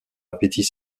appétit